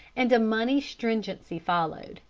and a money stringency followed,